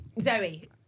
Zoe